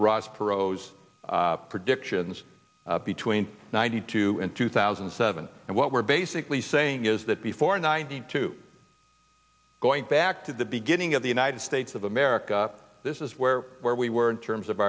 ross perot's predictions between ninety two and two thousand and seven and what we're basically saying is that before ninety two going back to the beginning of the united states of america this is where where we were in terms of